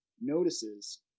notices